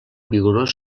vigorós